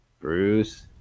Bruce